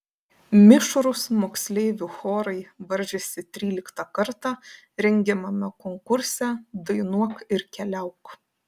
mišrūs moksleivių chorai varžėsi tryliktą kartą rengiamame konkurse dainuok ir keliauk